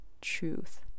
truth